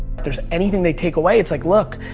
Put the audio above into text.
there's anything they take away, it's like look,